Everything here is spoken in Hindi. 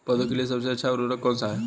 पौधों के लिए सबसे अच्छा उर्वरक कौन सा है?